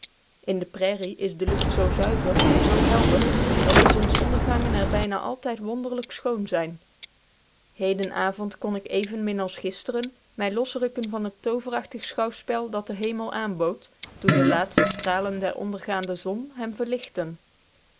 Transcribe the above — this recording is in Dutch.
in de prairie is de lucht zoo zuiver en zoo helder dat de zonsondergangen er bijna altijd wonderlijk schoon zijn hedenavond kon ik evenmin als gisteren mij losrukken van het tooverachtig schouwspel dat de hemel aanbood toen de laatste stralen der ondergaande zon hem verlichten